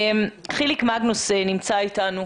נמצא אתנו